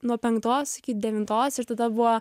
nuo penktos iki devintos ir tada buvo